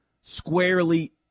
squarely